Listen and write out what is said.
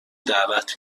دعوت